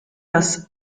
das